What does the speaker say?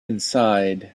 inside